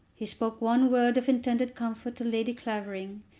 he spoke one word of intended comfort to lady clavering,